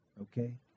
okay